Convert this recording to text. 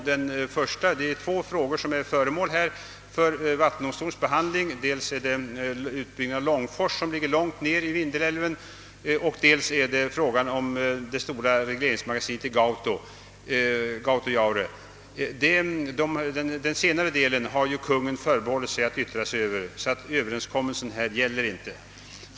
Det är två frågor som är föremål för vattendomstolens behandling; dels frågan om utbyggnaden av Långforsen, som ligger långt ned i Vindelälven, dels frågan om Kungl. Maj:t har förbehållit sig rätten att yttra sig över den senare delen, så denna överenskommelse gäller inte.